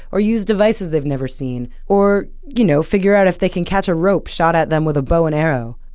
or use devices they've never seen, or you know figure out if they can catch a rope shot at them with a bow and arrow.